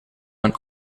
een